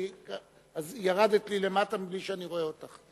אז ירדת לי למטה בלי שאני רואה אותך,